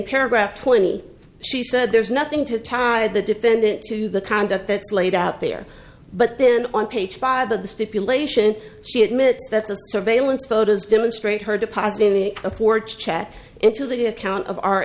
paragraph twenty she said there's nothing to tie the defendant to the conduct that's laid out there but then on page five of the stipulation she admits that the surveillance photos demonstrate her depositing a forged chat into the account of our